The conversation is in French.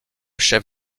chef